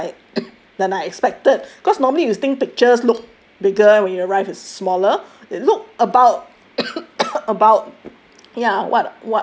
actually than I than I expected cause normally you think pictures look bigger when you arrive it's smaller it look about about